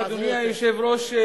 אדוני היושב-ראש,